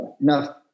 enough